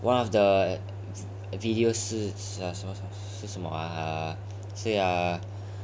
one of the videos 是什么什么是什么 ah uh 是 uh